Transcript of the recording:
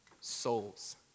souls